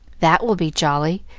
that will be jolly.